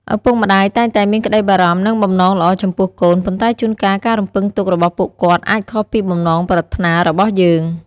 ឪពុកម្ដាយតែងតែមានក្តីបារម្ភ និងបំណងល្អចំពោះកូន ប៉ុន្តែជួនកាលការរំពឹងទុករបស់ពួកគាត់អាចខុសពីបំណងប្រាថ្នារបស់យើង។